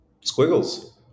Squiggles